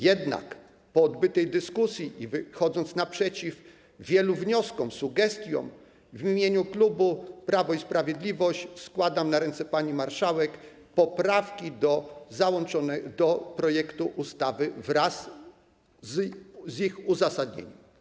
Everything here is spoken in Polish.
Jednak po odbytej dyskusji i wychodząc naprzeciw wielu wnioskom, sugestiom, w imieniu klubu Prawo i Sprawiedliwość składam na ręce pani marszałek poprawki do projektu ustawy wraz z ich uzasadnieniem.